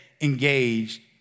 engaged